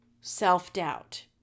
self-doubt